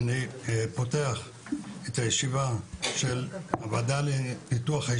אני מתכבד לפתוח את ישיבת הוועדה המיוחדת לענייני החברה